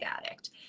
addict